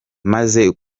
maze